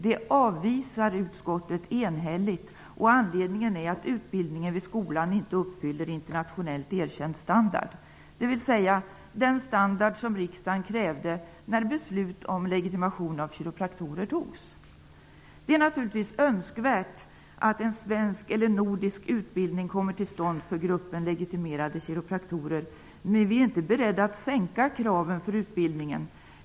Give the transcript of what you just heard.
Det avvisar utskottet enhälligt, och anledningen är att utbildningen vid skolan inte uppfyller internationellt erkänd standard, dvs. den standard som riksdagen krävde när beslut om legitimation av kiropraktorer togs. Det är naturligtvis önskvärt att en svensk eller nordisk utbildning kommer till stånd för gruppen legitimerade kiropraktorer. Men vi är inte beredda att sänka kraven på utbildningen.